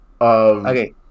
Okay